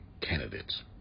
candidates